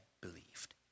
believed